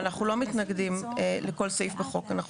זה לפי מה שאת אומרת.